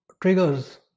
triggers